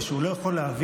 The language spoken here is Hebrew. או שהוא לא יכול להעביר,